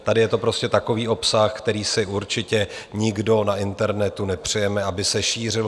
Tady je to prostě takový obsah, který si určitě nikdo na internetu nepřejeme, aby se šířil.